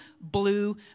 Blue